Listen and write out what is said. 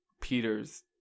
peter's